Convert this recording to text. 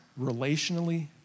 relationally